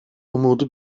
umudu